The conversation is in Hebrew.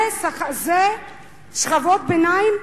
זה שכבות ביניים?